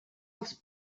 els